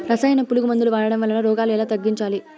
రసాయన పులుగు మందులు వాడడం వలన రోగాలు ఎలా తగ్గించాలి?